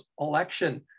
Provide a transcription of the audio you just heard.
election